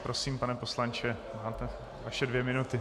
Prosím, pane poslanče, máte dvě minuty.